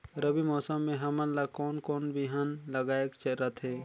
रबी मौसम मे हमन ला कोन कोन बिहान लगायेक रथे?